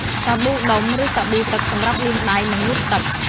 សាប៊ូដុំ ឬសាប៊ូទឹកសម្រាប់លាងដៃ និងងូតទឹក។